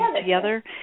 together